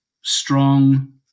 strong